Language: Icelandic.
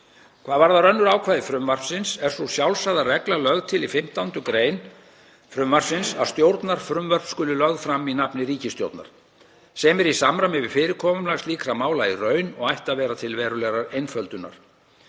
Hvað varðar önnur ákvæði frumvarpsins er sú sjálfsagða regla lögð til í 15. gr. að stjórnarfrumvörp skuli lögð fram í nafni ríkisstjórnar sem er í samræmi við fyrirkomulag slíkra mála í raun og ætti að vera til verulegrar einföldunar.